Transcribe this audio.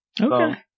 Okay